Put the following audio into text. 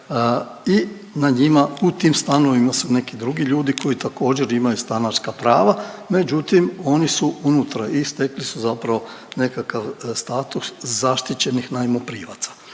i na njima u tim stanovima su neki drugi ljudi koji također imaju stanarska prava, međutim oni su unutra i stekli su zapravo nekakav status zaštićenih najmoprimaca.